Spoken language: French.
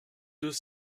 deux